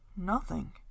Nothing